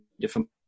different